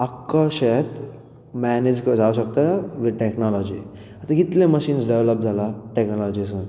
आख्खें शेत मॅनेज जावंक शकता वीथ टॅक्नोलॉजी आतां कितलें मशिन्स डॅवलॉप जालां टॅक्नोलॉजीसून